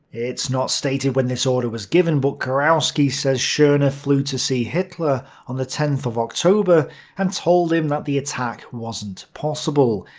it's not stated when this order was given, but kurowski says schorner flew to see hitler on the tenth of october and told him that the attack wasn't possible.